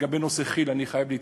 לגבי נושא כי"ל אני חייב להתייחס.